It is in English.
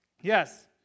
Yes